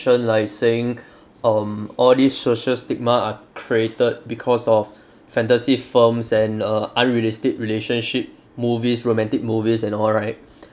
like saying um all these social stigma are created because of fantasy films and err unrealistic relationship movies romantic movies and all right